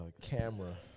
camera